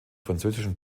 französischen